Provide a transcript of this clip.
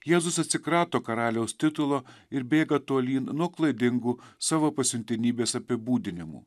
jėzus atsikrato karaliaus titulo ir bėga tolyn nuo klaidingų savo pasiuntinybės apibūdinimų